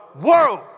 world